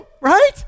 right